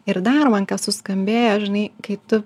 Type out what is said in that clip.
ir dar man kas suskambėjo žinai kai tu